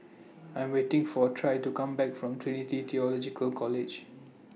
I Am waiting For Trae to Come Back from Trinity Theological College